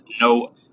No